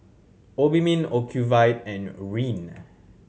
Obimin Ocuvite and Rene